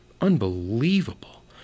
unbelievable